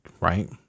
right